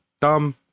Dumb